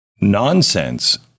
nonsense